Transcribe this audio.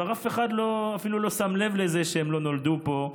כבר אף אחד אפילו לא שם לב לזה שהם לא נולדו פה,